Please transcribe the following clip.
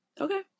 Okay